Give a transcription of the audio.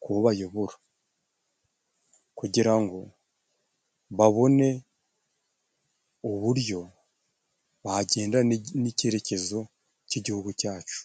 ku bo bayobora kugira ngo babone uburyo bagenda n'icyerekezo cy'igihugu cyacu.